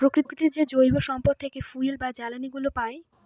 প্রকৃতির যে জৈব সম্পদ থেকে ফুয়েল বা জ্বালানিগুলো পাই